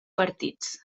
partits